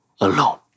alone